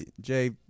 Jay